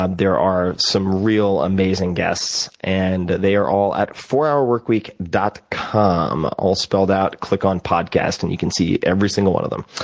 um there are some real amazing guests, and they are all at fourhourworkweek dot com, all spelled out. click on podcast, and you can see every single one of them.